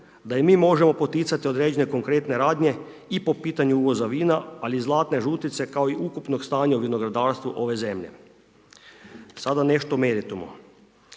da i mi možemo poticati određene konkretne radnje i po pitanju uvoza vina, ali i zlatne žutice kao i ukupnog stanja u vinogradarstvu ove zemlje. Sada nešto o meritumu.